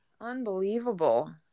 Unbelievable